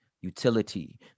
utility